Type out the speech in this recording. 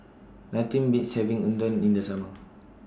Nothing Beats having Unadon in The Summer